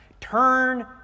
Turn